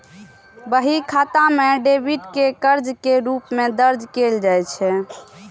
बही खाता मे डेबिट कें कर्ज के रूप मे दर्ज कैल जाइ छै